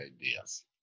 ideas